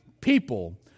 people